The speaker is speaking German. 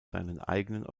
seinen